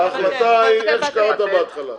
ההחלטה היא מה שקראת בהתחלה.